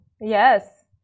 yes